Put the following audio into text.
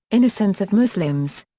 innocence of muslims.